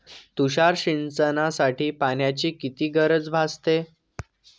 तुषार सिंचनासाठी पाण्याची किती गरज भासते?